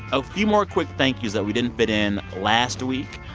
a few more quick thank yous that we didn't fit in last week.